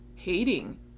hating